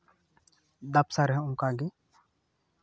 ᱫᱟᱯᱥᱟ ᱨᱮᱦᱚᱸ ᱚᱱᱠᱟᱜᱮ